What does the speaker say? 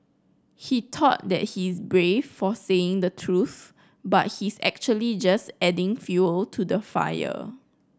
he thought that he's brave for saying the truth but he's actually just adding fuel to the fire